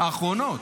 האחרונות.